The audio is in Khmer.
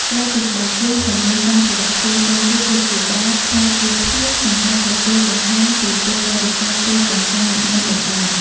ក្រៅពីស្បែកជើង ក៏មានសម្ភារៈផ្សេងៗទៀតដូចជា បាត ដែលជាភាជន៍សម្រាប់ទទួលចង្ហាន់ពីពុទ្ធបរិស័ទពេលព្រះសង្ឃនិមន្តបិណ្ឌបាត។